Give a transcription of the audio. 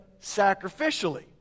sacrificially